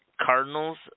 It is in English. Cardinals